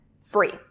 free